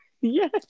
Yes